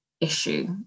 issue